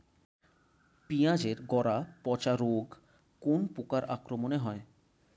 পিঁয়াজ এর গড়া পচা রোগ কোন পোকার আক্রমনে হয়?